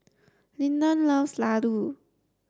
Lyndon loves Laddu